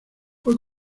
fue